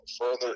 further